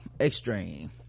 extreme